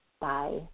Bye